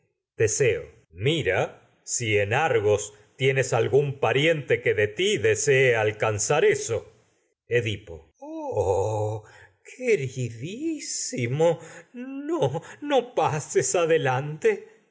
teseo mira si en argos tienes algún pariente que de ti desee alcanzar eso edipo oh queridísimo no pases adelante